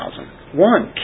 One